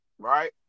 Right